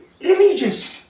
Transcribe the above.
Religious